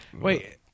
wait